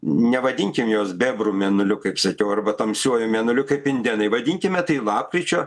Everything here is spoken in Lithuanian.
nevadinkim jos bebrų mėnuliu kaip sakiau arba tamsiuoju mėnuliu kaip indėnai vadinkime tai lapkričio